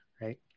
right